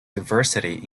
diversity